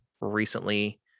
recently